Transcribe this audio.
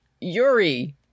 Yuri